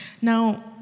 Now